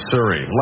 Surrey